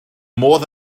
modd